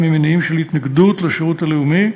ממניעים של התנגדות לשירות הלאומי,